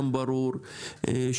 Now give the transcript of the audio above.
כן ברור,